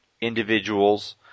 individuals